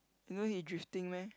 you know you drifting meh